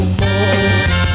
more